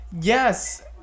Yes